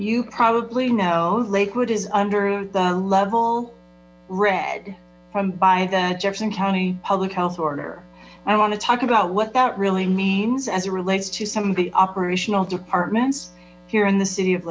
you probably know lakewood is under the level read from by the jefferson county public health order i want to talk about what that really means as it relates to some of the operational departments here in the city of